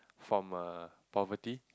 from err poverty